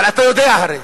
אבל אתה יודע, הרי.